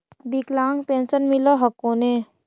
विकलांग पेन्शन मिल हको ने?